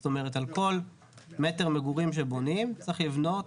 זאת אומרת, על כל מטר מגורים שבונים צריך לבנות